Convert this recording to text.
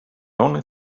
only